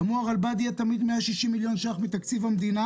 אמרו שלרלב"ד יהיה תמיד 160 מיליון ש"ח מתקציב המדינה